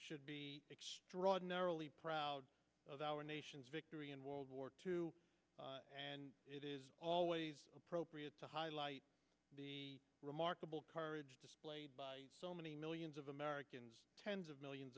should be drawn naturally proud of our nation's victory in world war two and it is always appropriate to highlight the remarkable courage displayed by so many millions of americans tens of millions